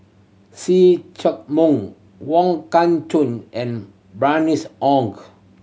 See Chak Mun Wong Kah Chun and Bernice Ong